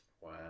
Wow